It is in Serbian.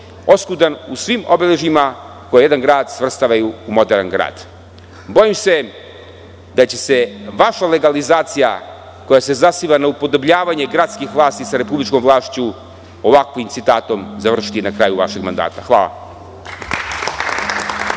oskudan u svim obeležjima koje jedan grad svrstavaju u moderan grad“. Bojim se da će se vaša legalizacija koja se zasniva na upodobljavanje gradskih vlasti sa republičkom vlašću i ovakvim citatom završiti na kraju vašeg mandata. Hvala.